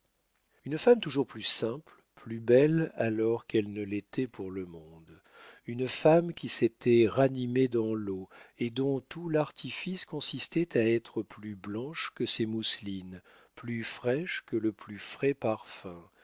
une femme toujours plus simple plus belle alors qu'elle ne l'était pour le monde une femme qui s'était ranimée dans l'eau et dont tout l'artifice consistait à être plus blanche que ses mousselines plus fraîche que le plus frais parfum